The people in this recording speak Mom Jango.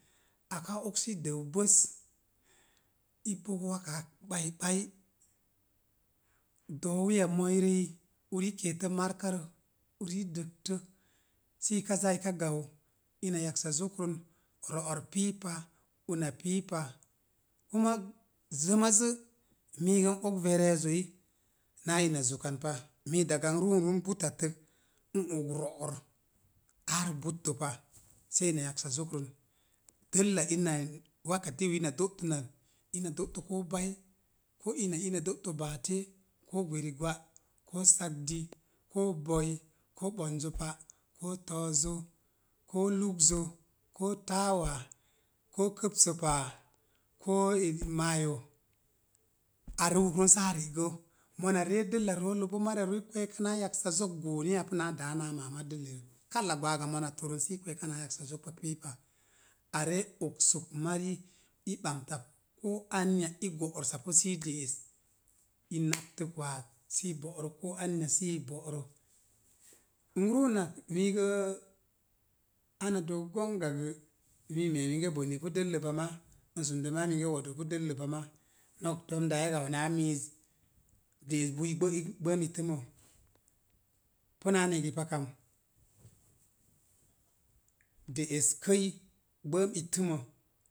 Aka oks i dəu bəs, i bogo wakaa ak ɓaiɓai. Do̱o̱wiya mooirəi uri i keetə markarə, uri i dəgtə, sii ka zaa ika gau. Ina yaksa zokrən ro'or pii pa, una pii pa, kuma zəmazə miigə n oka vereezoi naa ina zukan pa. Mii daga n ruu run butattək, n og ro'or aarə buttə pa, sei in yaksa zokrən. Dəlla ina nan, waka diwi ina do'tonak, ina do'təpu bai, koo ina ii ina do'tə bati, koo gwerigwa, koo sagdi, koo boi, koo ɓonzo pa', koo to̱o̱zo, koo lugzo, koo taawa, koo kəpsə pa'a, koo eli mayo, a ruuk run saa ri'sə. Mona ree dəlla roolə boo mariya rooi i kweeka naa yaksa zok goo ni apu naa daa naa maama dəllirək. Kala gwaaga mona torən si kweeka naa yaksa zok pak pii pa. A ree oksuk mari i ɓamtapu koo anya i go̱’ rəsapu sii de'es. I naptək waag sii bo̱'rə koo anya sii bo̱'rə. Nruunak miigə ana dook gongagə mii me̱e̱ minge bone pu dəllə pa ma, n sundo maa minge wodu pu dəllə pa ma, nok domdaa e gau naa miiz, de'es bui gbə gbəən ittənə. pu naa ne̱gi pa kam de'es kəi gbəən it təmo